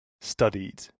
studied